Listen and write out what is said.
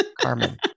Carmen